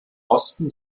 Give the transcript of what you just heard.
osten